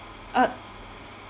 uh